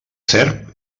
serp